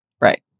Right